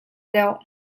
deuh